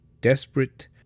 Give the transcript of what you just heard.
desperate